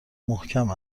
محکم